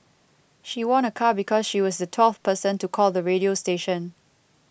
she won a car because she was the twelfth person to call the radio station